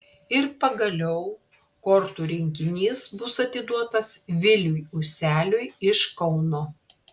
ir pagaliau kortų rinkinys bus atiduotas viliui useliui iš kauno